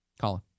Colin